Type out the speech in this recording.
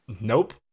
Nope